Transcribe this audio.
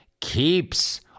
Keeps